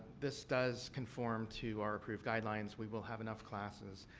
this does conform to our approved guidelines. we will have enough classes.